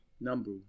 Number